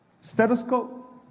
stethoscope